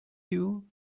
you